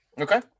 Okay